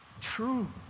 true